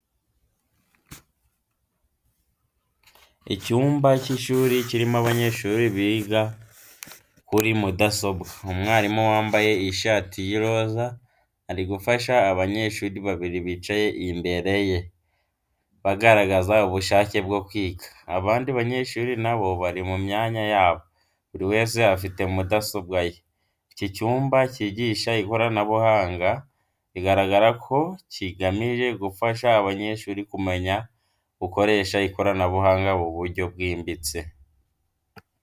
Icyumba cy’ishuri kirimo abanyeshuri biga kuri mudasobwa. Umwarimu wambaye ishati y’iroza ari gufasha abanyeshuri babiri bicaye imbere ye, bagaragaza ubushake bwo kwiga. Abandi banyeshuri nabo bari mu myanya yabo, buri wese afite mudasobwa ye. Iki cyumba cyigisha ikoranabuhanga, bigaragara ko kigamije gufasha abanyeshuri kumenya gukoresha ikoranabuhanga mu buryo bwimbitse.